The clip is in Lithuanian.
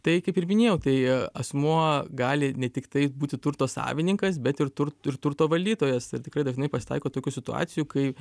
tai kaip ir minėjau tai asmuo gali ne tiktai būti turto savininkas bet ir turt ir turto valdytojas ir tikrai dažnai pasitaiko tokių situacijų kai